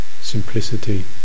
simplicity